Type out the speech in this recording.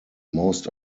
most